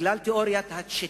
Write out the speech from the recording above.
בגלל תיאוריית ה"צ'יקים".